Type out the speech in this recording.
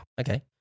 Okay